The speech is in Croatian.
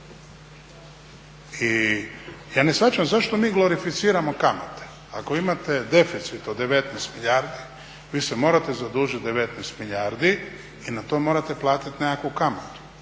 i ja ne shvaćam zašto mi glorificiramo kamate. ako imate deficit od 19 milijardi vi se morate zadužiti 19 milijardi i na to morate platiti nekakvu kamatu.